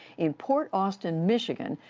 in port austin, michigan,